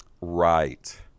right